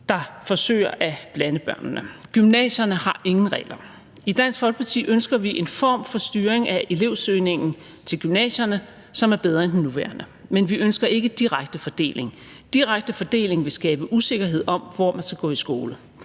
der forsøger at blande børnene. Gymnasierne har ingen regler. I Dansk Folkeparti ønsker vi en form for styring af elevsøgningen til gymnasierne, som er bedre end den nuværende, men vi ønsker ikke direkte fordeling. Direkte fordeling vil skabe usikkerhed om, hvor man skal gå i skole.